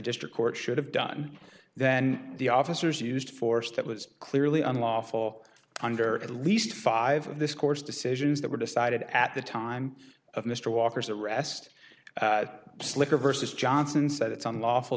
district court should have done then the officers used force that was clearly unlawful under at least five of this court's decisions that were decided at the time of mr walker's arrest slicker versus johnson said it's unlawful